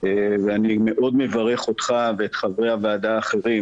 ואני מאוד מברך אותך ואת חברי הוועדה האחרים